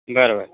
बरोबर